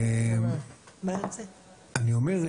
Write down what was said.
אני אומר,